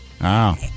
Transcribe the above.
wow